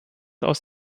aus